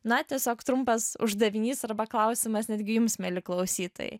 na tiesiog trumpas uždavinys arba klausimas netgi jums mieli klausytojai